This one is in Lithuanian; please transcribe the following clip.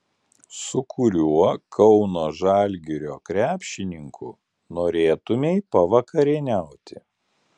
su kuriuo kauno žalgirio krepšininku norėtumei pavakarieniauti